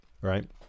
Right